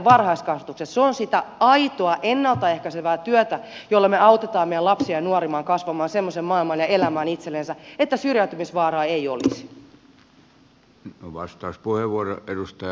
se on sitä aitoa ennalta ehkäisevää työtä jolla me autamme meidän lapsia ja nuoria kasvamaan semmoiseen maailmaan ja elämään itsellensä että syrjäytymisvaaraa ei olisi